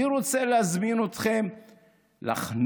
אני רוצה להזמין אתכם לחנוך